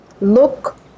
look